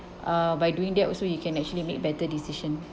uh by doing that also you can actually make better decision